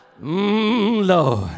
Lord